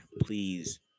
Please